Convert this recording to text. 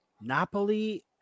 Napoli